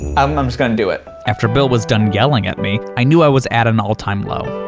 um i'm just gonna do it. after bill was done yelling at me, i knew i was at an all-time low.